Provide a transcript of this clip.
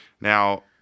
Now